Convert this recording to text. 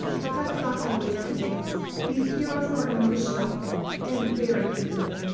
but that's not always the case. these heroes are emotional and very human.